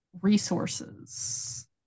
resources